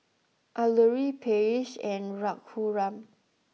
Alluri Peyush and Raghuram